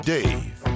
Dave